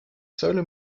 solo